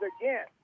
again